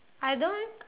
I don't